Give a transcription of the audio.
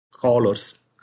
colors